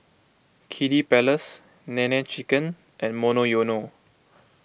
Kiddy Palace Nene Chicken and Monoyono